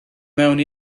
mewn